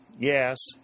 Yes